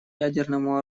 ядерному